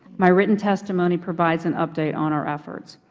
my written testimony provides an update on our efforts.